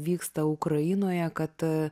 vyksta ukrainoje kad